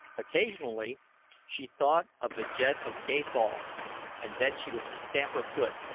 occasionally she thought of the jed of gathol and then she would stamp her foot,